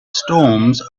storms